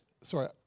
sorry